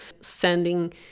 sending